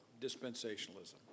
dispensationalism